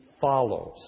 follows